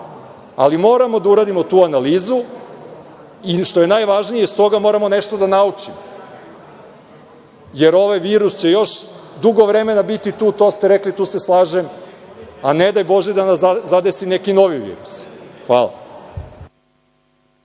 ali moramo da uradimo tu analizu i što je najvažnije, iz toga moramo nešto da naučimo, jer ovaj virus će još dugo vremena biti tu i rekli ste i tu se slažem, a ne daj bože da nas zadesi neki novi virus. **Maja